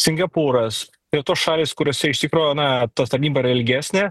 singapūras ir tos šalys kuriose iš tikrųjų na tarnyba yra ilgesnė